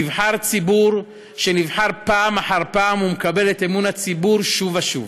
נבחר ציבור שנבחר פעם אחר פעם ומקבל את אמון הציבור שוב ושוב.